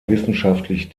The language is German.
wissenschaftlich